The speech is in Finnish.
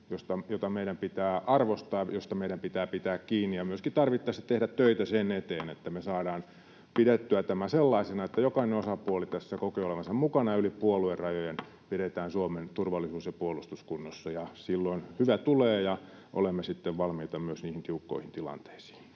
jota meidän pitää arvostaa, josta meidän pitää pitää kiinni ja myöskin tarvittaessa tehdä töitä sen eteen, että me saadaan pidettyä tämä sellaisena, että jokainen osapuoli tässä kokee olevansa mukana yli puoluerajojen. Pidetään Suomen turvallisuus ja puolustus kunnossa, ja silloin hyvä tulee, ja olemme sitten valmiita myös niihin tiukkoihin tilanteisiin.